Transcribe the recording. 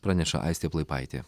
praneša aistė plaipaitė